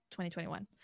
2021